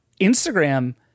Instagram